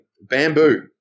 bamboo